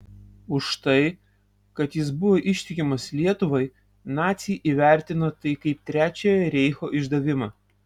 už tai kad jis buvo ištikimas lietuvai naciai įvertino tai kaip trečiojo reicho išdavimą